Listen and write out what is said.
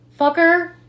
Fucker